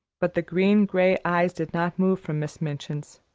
but the green-gray eyes did not move from miss minchin's,